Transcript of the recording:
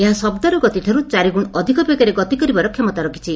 ଏହା ଶଘର ଗତିଠାରୁ ଚାରିଗୁଣ ଅଧିକ ବେଗରେ ଗତି କରିବାର କ୍ଷମତା ରଖିଛି